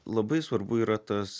labai svarbu yra tas